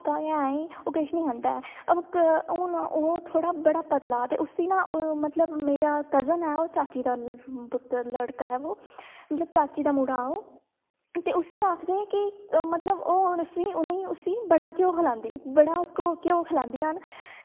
निक्का गै ऐंहीं ओह् किश निं खंदा ऐ अवा हून ओह् थोह्ड़ा बड़ा पतला ते उसी ना मतलब मेरा कज़िन ऐ ओह् चाची दा पुत्तर लड़का ऐ ओह् मतलब चाचे दा मुड़ा दा ओह् ते उसी आखदे कि मतलब ओह् उनेंगी उसी ओह् उसी बड़ा घ्यो खलांदी बड़ा घ्यो खलांदियां न